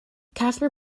casper